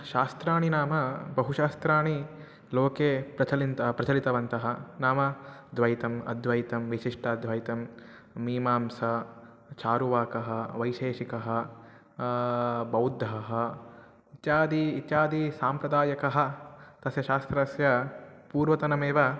शास्त्राणि नाम बहूनि शास्त्राणि लोके प्रचलन्ति प्रचलितवन्तः नाम द्वैतम् अद्वैतं विशिष्टाद्वैतं मीमांसा चारुवाकः वैशेषिकः बौद्धः इत्यादि इत्यादिसाम्प्रदायकः तस्य शास्त्रस्य पूर्वतनमेव